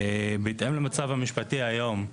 בהתאם למצב המשפטי היום,